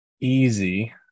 easy